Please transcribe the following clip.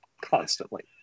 constantly